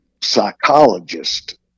psychologist